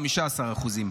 ב-15%.